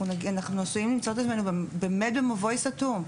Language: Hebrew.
עשויים למצוא את עצמנו באמת במבוי סתום.